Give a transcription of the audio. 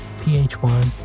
PH1